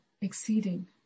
exceeding